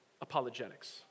apologetics